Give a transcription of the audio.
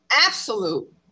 absolute